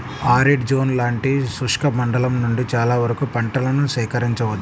arid zone లాంటి శుష్క మండలం నుండి చాలా వరకు పంటలను సేకరించవచ్చు